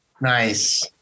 Nice